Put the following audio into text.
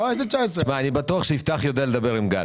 אני בטוח שיפתח יודע לדבר עם גל.